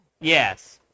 Yes